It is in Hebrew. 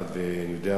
אני יודע?